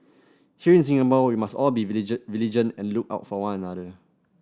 here in Singapore we must all be vigilant and look out for one another